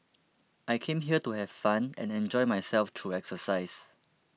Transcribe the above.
I came here to have fun and enjoy myself through exercise